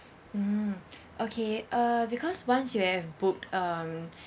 mm okay uh because once you have booked um